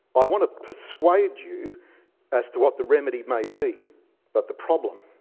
i want to persuade you as to what the remedy may be but the problem,